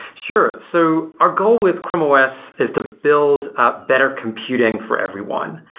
sure. so our goal with chrome os is to build a better computing for everyone,